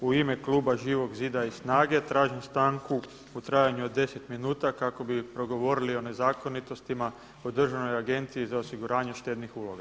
U ime kluba Živog zida i SNAGA-e tražim stanku u trajanju od deseti minuta kako bi progovorili o nezakonitostima u Državnoj agenciji za osiguranje štednih uloga.